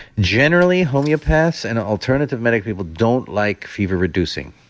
generally homeopaths and alternative medic people don't like fever-reducing.